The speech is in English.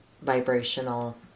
vibrational